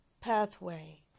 pathway